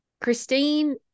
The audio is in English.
Christine